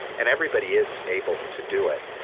and everybody is able to do it.